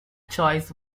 choice